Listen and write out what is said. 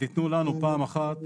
ותתנו לנו פעם אחת,